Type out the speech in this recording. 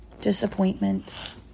Disappointment